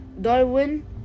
Darwin